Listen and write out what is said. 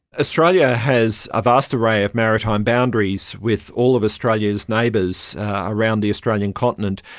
australia has a vast array of maritime boundaries with all of australia's neighbours around the australian continent,